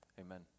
Amen